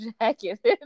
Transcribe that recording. jacket